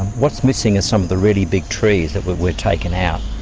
what's missing are some of the really big trees that were were taken out.